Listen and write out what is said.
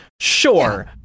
sure